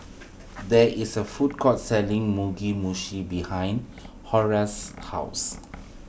there is a food court selling Mugi Meshi behind Horace's house